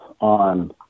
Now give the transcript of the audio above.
on